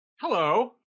Hello